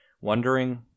wondering